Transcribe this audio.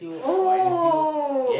oh